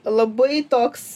labai toks